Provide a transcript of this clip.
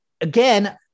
again